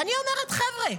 ואני אומרת: חבר'ה,